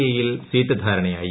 A യിൽ seat ധാരണയായി